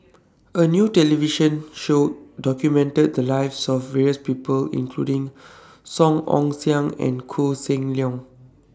A New television Show documented The Lives of various People including Song Ong Siang and Koh Seng Leong